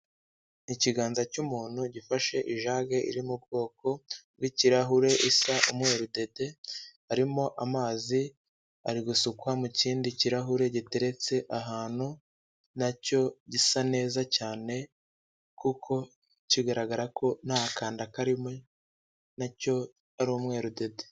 Ikiganza cy'umuntu gifashe ijage iri mu bwoko bw'ikirahure isa umweru dede harimo amazi ari gusukwa mu kindi kirahure giteretse ahantu nacyo gisa neza cyane kuko kigaragara ko nta kanda karimo nacyo ari umwerudede.